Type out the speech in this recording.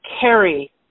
carry